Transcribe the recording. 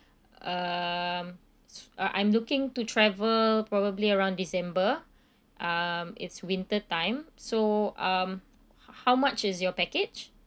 um uh I'm looking to travel probably around december um it's winter time so um how much is your package